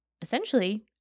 essentially